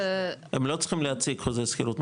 הם לא צריכים להציג חוזה שכירות,